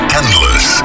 endless